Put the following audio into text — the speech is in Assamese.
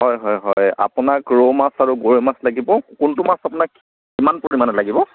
হয় হয় হয় আপোনাক ৰৌ মাছ আৰু গৰৈ মাছ লাগিব কোনটো মাছ আপোনাক কিমান পৰিমানত লাগিব